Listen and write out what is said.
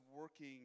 working